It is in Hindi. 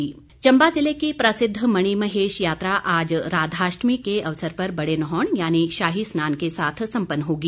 शाही स्नान चंबा जिले की प्रसिद्ध मणिमहेश यात्रा आज राधाष्टमी के अवसर पर बड़े नहौण यानि शाही स्नान के साथ संपन्न होगी